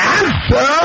answer